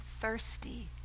thirsty